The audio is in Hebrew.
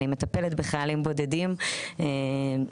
אני מטפלת בחיילים בודדים בוקר,